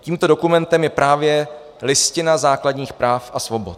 Tímto dokumentem je právě Listina základních práv a svobod.